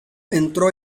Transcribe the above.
entró